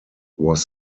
was